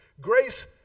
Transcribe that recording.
Grace